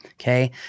Okay